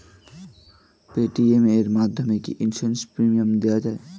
Paytm এর মাধ্যমে কি ইন্সুরেন্স প্রিমিয়াম দেওয়া যায়?